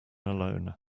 alone